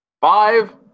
five